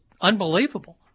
unbelievable